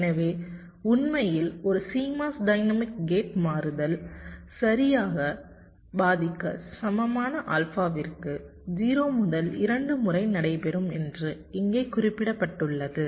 எனவே உண்மையில் ஒரு CMOS டைனமிக் கேட் மாறுதல் சராசரியாக பாதிக்க சமமான ஆல்பாவிற்கு 0 முதல் 2 முறை நடைபெறும் என்று இங்கே குறிப்பிடப்பட்டுள்ளது